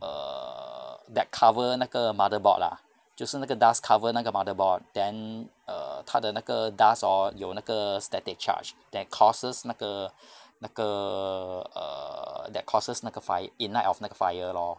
err that cover 那个 motherboard lah 就是那个 dust cover 那个 motherboard then err 它的那个 dust hor 有那个 static charge that causes 那个那个 err that causes 那个 fire ignite of 那个 fire lor